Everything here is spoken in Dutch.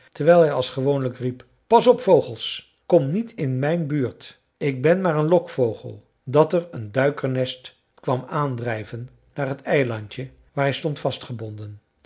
terwijl hij als gewoonlijk riep pas op vogels kom niet in mijn buurt ik ben maar een lokvogel dat er een duikernest kwam aandrijven naar t eilandje waar hij stond